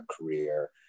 career